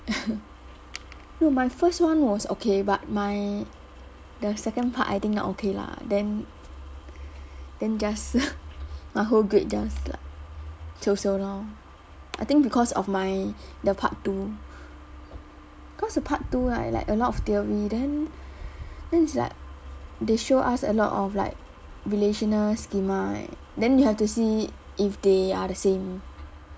no my first one was okay but my the second part I think not okay lah then then just my whole grade just like so so lor I think because of my the part two cause the part two right like a lot of theory then then it's like they show us a lot of like relational schema right then you have to see if they are the same